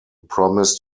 promise